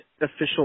official